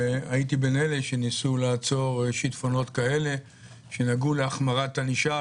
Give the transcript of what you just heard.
הייתי בין אלה שניסו לעצור שיטפונות כאלה שנגעו להחמרת ענישה,